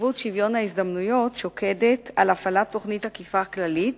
נציבות שוויון ההזדמנויות שוקדת על הפעלת תוכנית אכיפה כללית,